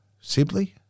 Sibley